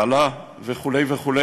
באלה וכו' וכו',